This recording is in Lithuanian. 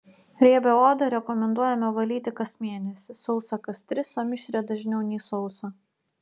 riebią odą rekomenduojame valyti kas mėnesį sausą kas tris o mišrią dažniau nei sausą